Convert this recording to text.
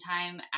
time